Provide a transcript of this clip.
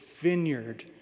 vineyard